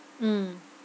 mm